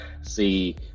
see